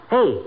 Hey